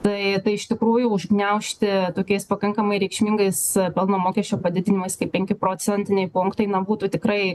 tai tai iš tikrųjų užgniaužti tokiais pakankamai reikšmingais pelno mokesčio padidinimas kaip penki procentiniai punktai na būtų tikrai